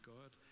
God